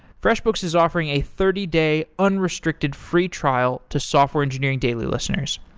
freshbooks is offering a thirty day unrestricted free trial to software engineering daily listeners.